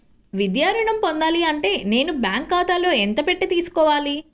విద్యా ఋణం పొందాలి అంటే నేను బ్యాంకు ఖాతాలో ఎంత పెట్టి తీసుకోవాలి?